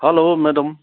hello madam